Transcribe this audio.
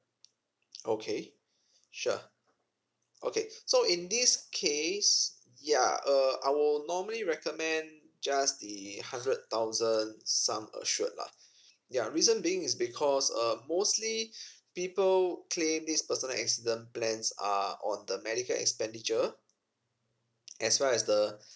okay sure okay so in this case ya uh I will normally recommend just the hundred thousand sum assured lah ya reason being is because um mostly people claim this personal accident plans are on the medical expenditure as well as the